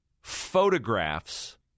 photographs